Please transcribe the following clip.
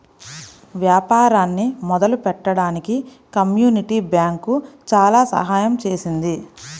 వ్యాపారాన్ని మొదలుపెట్టడానికి community bank చాలా సహాయం చేసింది